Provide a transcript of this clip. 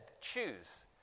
choose